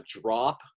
drop